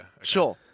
Sure